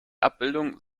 abbildung